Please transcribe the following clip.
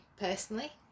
personally